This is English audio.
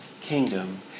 kingdom